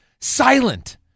silent